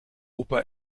opa